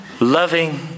loving